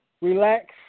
relax